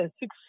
six